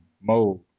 mode